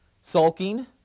Sulking